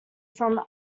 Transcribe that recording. from